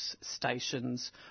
stations